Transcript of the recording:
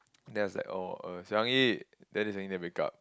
then I was like orh uh Xiang-Yi then after that suddenly they wake up